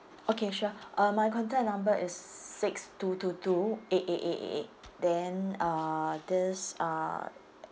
okay sure uh my contact number is six two two two eight eight eight eight then uh this uh